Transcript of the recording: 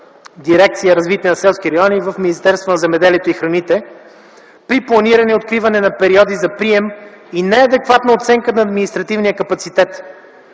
Дирекция „Развитие на селските райони” в Министерството на земеделието и храните, при планиране и откриване на периоди за прием и неадекватната оценка на административния капацитет,